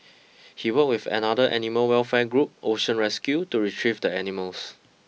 he worked with another animal welfare group Ocean Rescue to retrieve the animals